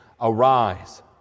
Arise